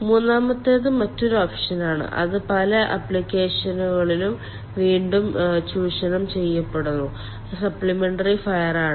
മൂന്നാമത്തേത് മറ്റൊരു ഓപ്ഷനാണ് അത് പല ആപ്ലിക്കേഷനുകളിലും വീണ്ടും ചൂഷണം ചെയ്യപ്പെടുന്നു അത് സപ്ലിമെന്ററി ഫയർ ആണ്